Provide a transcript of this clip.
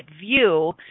view